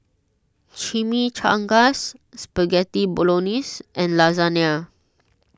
Chimichangas Spaghetti Bolognese and Lasagna